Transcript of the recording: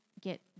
get